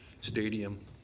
stadium